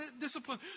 discipline